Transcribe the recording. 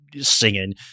singing